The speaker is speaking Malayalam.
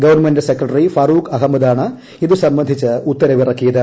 ഗവൺമെന്റ് സെക്രട്ടറി ഫറൂഖ് അഹമ്മദാണ് ഇത് സംബന്ധിച്ച ഉത്തരവ് ഇറക്കിയത്